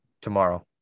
tomorrow